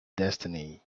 destiny